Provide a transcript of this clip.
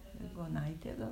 laigonaitė gal